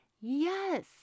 Yes